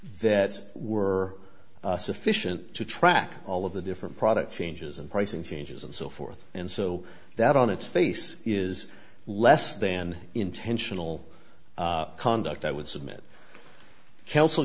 that were sufficient to track all of the different product changes and pricing changes and so forth and so that on its face is less than intentional conduct i would submit kelso